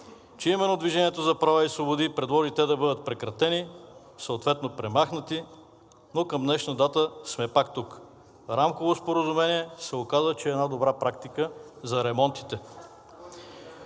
че именно Движението за права и свободи предложи те да бъдат прекратени, съответно премахнати, но към днешна дата сме пак тук. Рамковото споразумение се оказа, че е една добра практика за ремонтите.